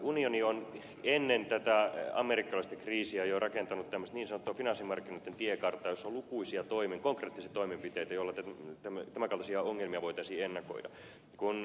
unioni on ennen tätä amerikkalaista kriisiä jo rakentanut tämmöistä niin sanottua finanssimarkkinoitten tiekarttaa jossa on lukuisia konkreettisia toimenpiteitä joilla tämän kaltaisia ongelmia voitaisiin ennakoida